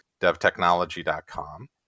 devtechnology.com